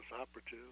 operative